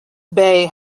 bay